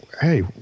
hey